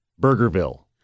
Burgerville